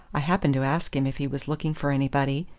i happened to ask him if he was looking for anybody,